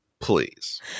please